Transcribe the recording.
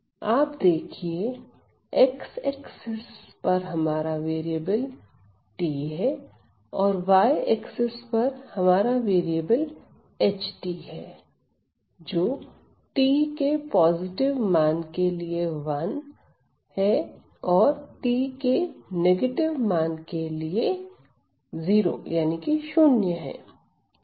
आप देखिए X axis पर हमारा वेरिएबल t है और Y एक्सेस पर हमारा वेरिएबल H है जो t के पॉजिटिव मान के लिए 1 है और t के नेगेटिव मान के लिए 0 है